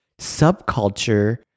subculture